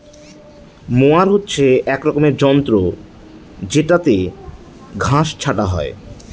mower হচ্ছে এক রকমের যন্ত্র জেত্রযেটাতে ঘাস ছাটা হয়